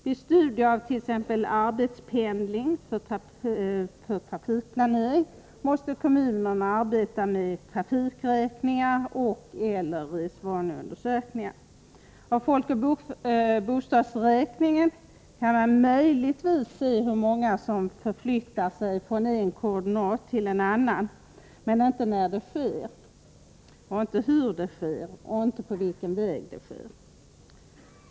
Vid studier av t. ex arbetspendling för trafikplanering måste kommunerna arbeta med trafikräkningar och/eller resvaneundersökningar. Av FoB kan man möjligtvis se hur många som förflyttar sig från en koordinat till en annan, men inte när, hur och på vilken väg det sker.